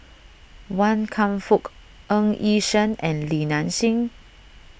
Wan Kam Fook Ng Yi Sheng and Li Nanxing